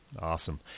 Awesome